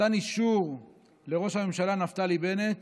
נתן אישור לראש הממשלה נפתלי בנט